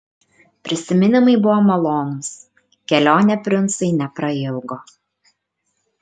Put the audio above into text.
prisiminimai buvo malonūs kelionė princui neprailgo